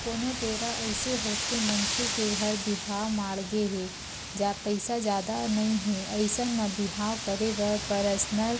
कोनो बेरा अइसे होथे मनखे के घर बिहाव माड़हे हे पइसा जादा नइ हे अइसन म बिहाव करे बर परसनल